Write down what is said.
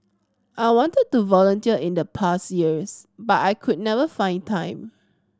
I wanted to volunteer in the past years but I could never find time